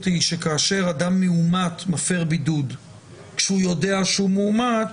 היא שכאשר אדם מאומת מפר בידוד כשהוא יודע שהוא מאומת,